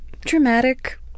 dramatic